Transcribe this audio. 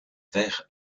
vert